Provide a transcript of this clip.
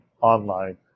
online